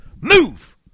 Move